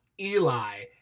Eli